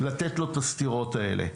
לתת לו את הסטירות האלה.